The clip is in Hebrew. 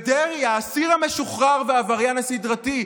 ודרעי האסיר המשוחרר והעבריין הסדרתי,